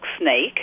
snake